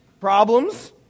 problems